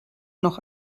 noch